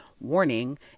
warning